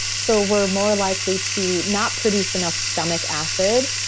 so we're more likely to not produce enough stomach acid.